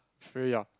very uh